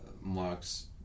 Marx